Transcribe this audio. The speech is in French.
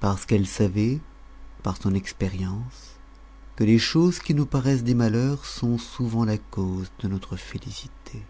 parce qu'elle savait par son expérience que les choses qui nous paraissent des malheurs sont souvent la cause de notre félicité